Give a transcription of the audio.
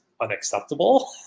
unacceptable